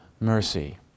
mercy